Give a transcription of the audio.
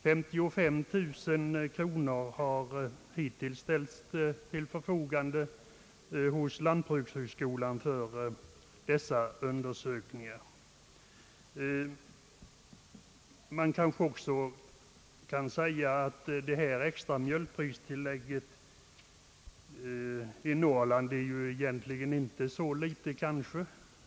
55 000 kronor har hittills ställts till lantbrukshögskolans förfogande för dessa undersökningar. Det bör också påpekas att detta extra mjölkpristillägg i Norrland egentligen inte är så litet.